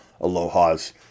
Aloha's